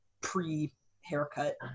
pre-haircut